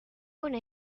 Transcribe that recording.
una